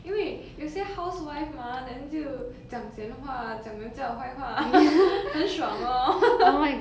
因为有些 housewife mah then 就讲闲的话讲人家的坏话 很爽 lor